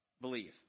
Believe